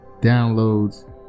downloads